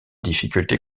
difficulté